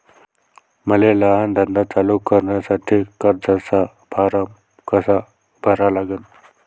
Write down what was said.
मले लहान धंदा चालू करासाठी कर्जाचा फारम कसा भरा लागन?